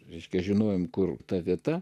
reiškia žinojome kur ta vieta